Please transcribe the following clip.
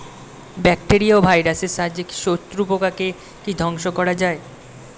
Bacteria ও ভাইরাসের সাহায্যে শত্রু পোকাকে কি ধ্বংস করা যায়?